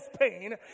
pain